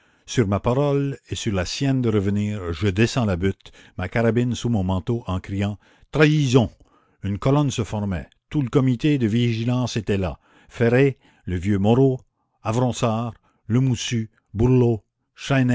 sur ma parole et sur la sienne de revenir je descends la butte ma carabine sous mon manteau en criant trahison une colonne se formait tout le comité de vigilance était là ferré le vieux moreau avronsart lemoussu burlot